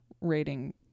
Rating